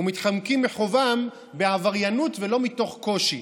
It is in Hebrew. ומתחמקים מחובם בעבריינות ולא מתוך קושי.